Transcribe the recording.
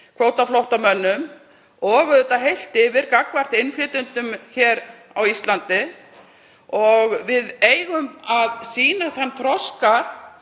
kvótaflóttamönnum og auðvitað heilt yfir gagnvart innflytjendum hér á Íslandi. Við eigum að sýna þann þroska